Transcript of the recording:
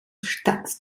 stars